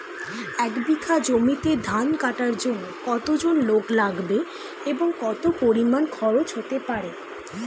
এক বিঘা জমিতে ধান কাটার জন্য কতজন লোক লাগবে এবং কত পরিমান খরচ হতে পারে?